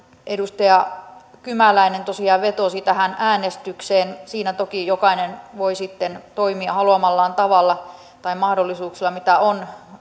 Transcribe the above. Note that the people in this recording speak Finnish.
edustaja kymäläinen tosiaan vetosi tähän äänestykseen siinä toki jokainen voi sitten toimia haluamallaan tavalla tai mahdollisuuksilla mitä on